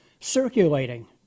circulating